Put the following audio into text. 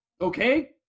Okay